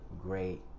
great